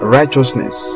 righteousness